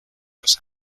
los